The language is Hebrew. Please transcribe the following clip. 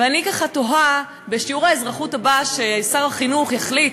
ואני תוהה: בשיעור האזרחות הבא ששר החינוך יחליט,